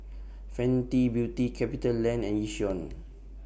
Fenty Beauty CapitaLand and Yishion